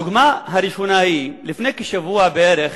הדוגמה הראשונה היא, לפני כשבוע בערך